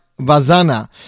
Vazana